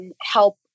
help